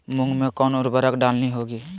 मूंग में कौन उर्वरक डालनी होगी?